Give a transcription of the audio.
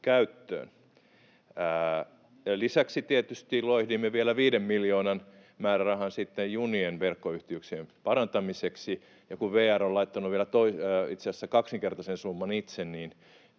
Lisäksi tietysti loihdimme vielä viiden miljoonan määrärahan junien verkkoyhteyksien parantamiseksi, ja kun VR on laittanut vielä itse asiassa kaksinkertaisen summan itse,